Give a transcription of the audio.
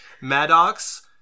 Maddox